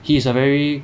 he is a very